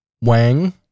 Wang